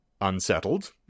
Unsettled